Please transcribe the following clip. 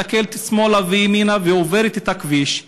מסתכלת שמאלה וימינה ועוברת את הכביש,